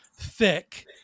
thick